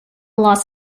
los